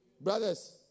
Brothers